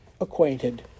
acquainted